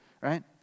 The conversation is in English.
right